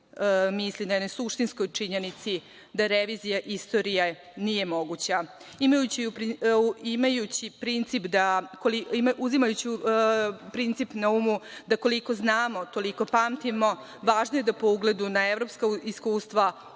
ali i na jednu suštinsku činjenicu da revizija istorije nije moguća. Uzimajući princip na umu, da koliko znamo, toliko pamtimo, važno je da po ugledu na evropska iskustva